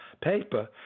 paper